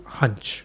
hunch